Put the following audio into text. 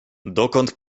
dokąd